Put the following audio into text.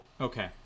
okay